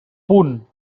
punt